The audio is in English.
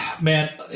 man